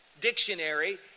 Dictionary